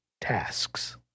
tasks